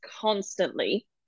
constantly